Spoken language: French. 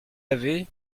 avez